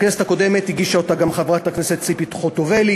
בכנסת הקודמת הגישה אותה גם חברת הכנסת ציפי חוטובלי,